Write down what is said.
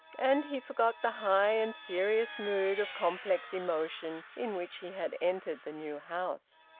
and he forgot the high and serious mood of complex emotion in which he had entered the new house.